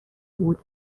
بود